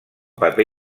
paper